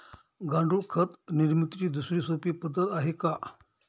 गांडूळ खत निर्मितीची दुसरी सोपी पद्धत आहे का?